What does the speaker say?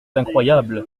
incroyable